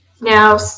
Now